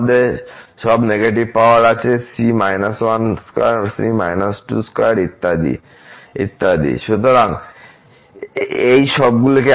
আমাদের সব negative power আছে ইত্যাদি ইত্যাদি